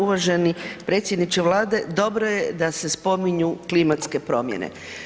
Uvaženi predsjedniče Vlade dobro je da se spominju klimatske promjene.